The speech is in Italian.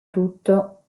tutto